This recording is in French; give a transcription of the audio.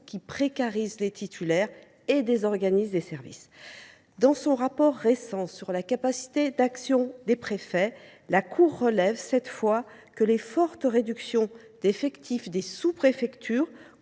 qui précarisent leurs titulaires et désorganisent les services ». Dans son rapport récent sur la capacité d’action des préfets, la Cour relève cette fois que « les fortes réductions d’effectifs des sous préfectures